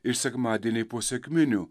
ir sekmadieniai po sekminių